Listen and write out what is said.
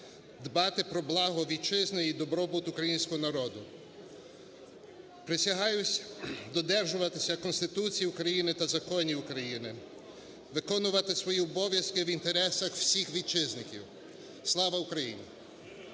дбати про благо Вітчизни і добробут Українського народу. Присягаю додержуватися Конституції України та законів України, виконувати свої обов'язки в інтересах усіх співвітчизників. Слава Україні!